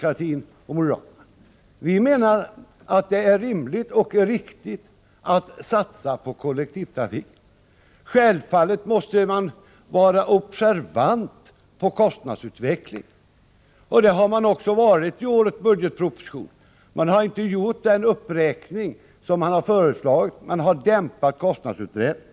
kollektiv person Vi menar att det är rimligt och riktigt att satsa på kollektivtrafiken. trafik Självfallet måste man vara observant när det gäller kostnadsutvecklingen, och det har man också varit i årets budgetproposition. Man har inte gjort den uppräkning som föreslagits — man har dämpat kostnadsutvecklingen.